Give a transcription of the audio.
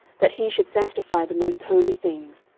that he should sanctify the most holy things,